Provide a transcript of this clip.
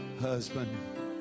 Husband